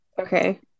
Okay